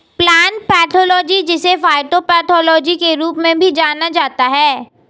plant pathology जिसे phytopathology के रूप में भी जाना जाता है